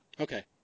Okay